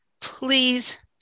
please